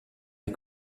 les